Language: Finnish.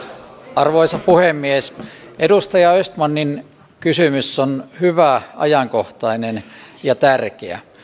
arvoisa puhemies edustaja östmanin kysymys on hyvä ajankohtainen ja tärkeä